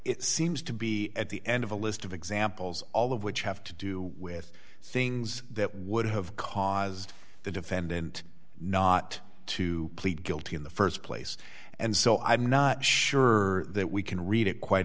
it seems to be at the end of a list of examples all of which have to do with things that would have caused the defendant not to plead guilty in the st place and so i'm not sure that we can read it quite